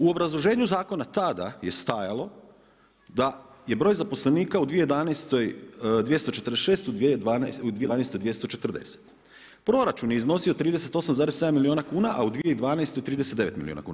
U obrazloženju zakona tada je stajalo da je broj zaposlenika u 2011. 246 u 2012. 240. proračun je iznosio 38,7 milijuna kuna, a u 2012. 39 milijuna kuna.